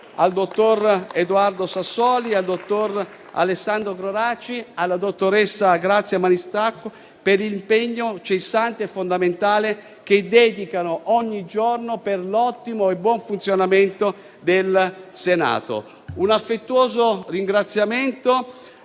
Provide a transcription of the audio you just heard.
dottor Edoardo Sassoli, dottor Alessandro Goracci e dottoressa Grazia Maniscalco, per l'impegno incessante e fondamentale che dedicano ogni giorno per l'ottimo funzionamento del Senato. Un affettuoso ringraziamento